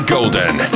Golden